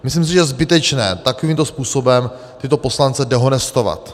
Myslím si, že je zbytečné takovýmto způsobem tyto poslance dehonestovat.